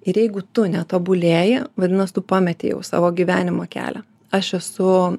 ir jeigu tu netobulėji vadinasi tu pametei jau savo gyvenimo kelią aš esu